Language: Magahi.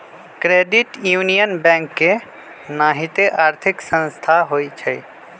क्रेडिट यूनियन बैंक के नाहिते आर्थिक संस्था होइ छइ